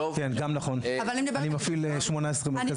אני מפעיל 18 מרכזים כאלה.